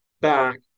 back